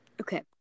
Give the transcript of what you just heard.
Okay